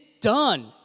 done